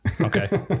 Okay